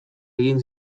egin